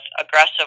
aggressive